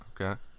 okay